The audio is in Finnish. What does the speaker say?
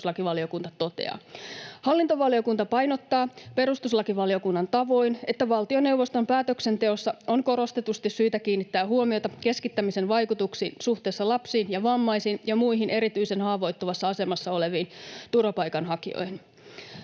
perustuslakivaliokunta toteaa. Hallintovaliokunta painottaa perustuslakivaliokunnan tavoin, että valtioneuvoston päätöksenteossa on korostetusti syytä kiinnittää huomiota keskittämisen vaikutuksiin suhteessa lapsiin ja vammaisiin ja muihin erityisen haavoittuvassa asemassa oleviin turvapaikanhakijoihin.